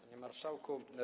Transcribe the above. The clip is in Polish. Panie Marszałku!